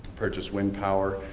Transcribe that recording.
purchase wind power.